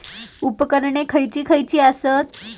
उपकरणे खैयची खैयची आसत?